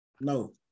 No